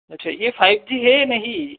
अच्छा ये five G है या नहीं